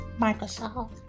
Microsoft